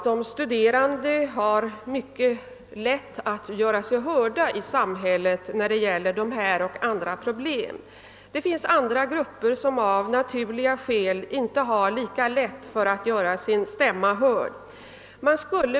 De studerande har mycket lätt att få gehör från samhällets sida i fråga om dessa och andra problem. Det finns andra grupper. som av naturliga skäl inte har lika stora möjligheter att göra sin stämma hörd.